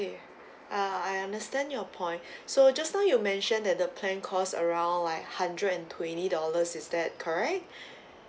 ah I understand your point so just now you mentioned that the plan costs around like hundred and twenty dollars is that correct